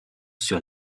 sur